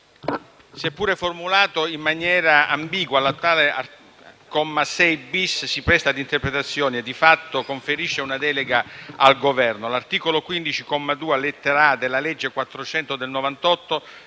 Seppure formulato in maniera ambigua, l'attuale comma 6-*bis* si presta a interpretazioni e di fatto conferisce una delega al Governo. L'articolo 15, comma 2, lettera *a)*, della legge n. 400 del 1988